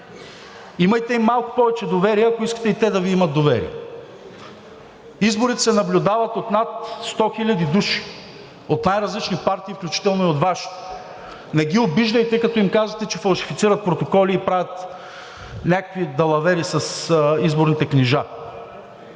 Имайте малко повече доверие, ако искате и те да Ви имат доверие. Изборите се наблюдават от над 100 000 души от най-различни партии, включително и от Вашата. Не ги обиждайте, като им казвате, че фалшифицират протоколи и правят някакви далавери с изборните книжа.